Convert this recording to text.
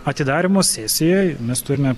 atidarymo sesijoj mes turime